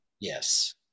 Yes